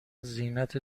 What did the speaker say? زینت